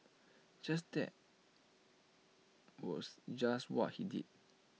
just that was just what he did